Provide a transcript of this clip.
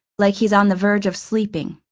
like he's on the verge of sleeping.